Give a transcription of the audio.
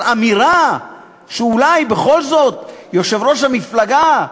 אבל אמירה שאולי בכל זאת יושב-ראש המפלגה,